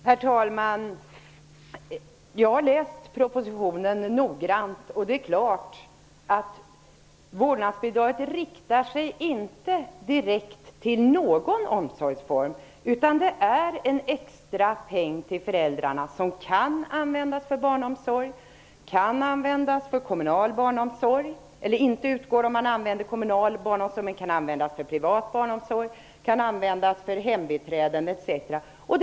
Herr talman! Jag har läst propositionen noggrant. Vårdnadsbidraget riktar sig inte direkt till någon omsorgsform. Det är en extra peng till föräldrarna som inte utgår för kommunal barnomsorg men som kan användas för privat barnomsorg, hembiträden, etc.